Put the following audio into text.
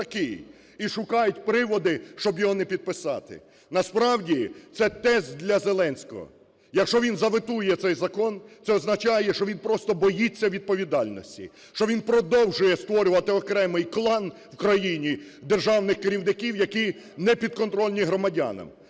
І шукають приводи, щоб його не підписати. Насправді – це тест для Зеленського. Якщо він заветує цей закон, це означає, що він просто боїться відповідальності, що він продовжує створювати окремий клан в країні державних керівників, які не підконтрольні громадянам,